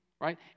Right